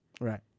Right